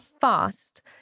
fast